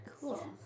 Cool